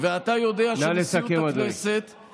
ואתה יודע שנשיאות הכנסת, נא לסכם, אדוני.